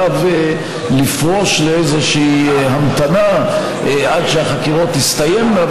עליו לפרוש לאיזושהי המתנה עד שהחקירות תסתיימנה,